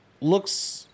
looks